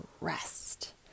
rest